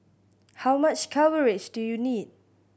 how much coverage do you need